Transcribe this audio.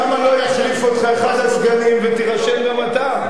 למה לא יחליף אותך אחד הסגנים ותירשם גם אתה?